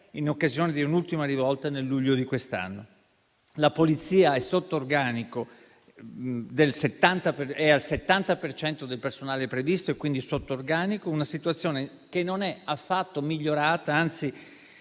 in occasione di un'ultima rivolta nel luglio di quest'anno. La Polizia è al 70 per cento del personale previsto e quindi sotto organico: una situazione che non è affatto migliorata, anzi